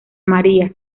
maria